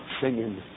singing